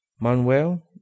Manuel